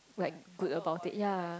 like good about it ya